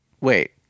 wait